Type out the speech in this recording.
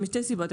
משתי סיבות,